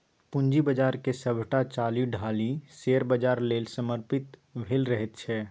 पूंजी बाजारक सभटा चालि ढालि शेयर बाजार लेल समर्पित भेल रहैत छै